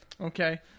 Okay